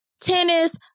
Tennis